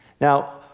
now,